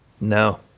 No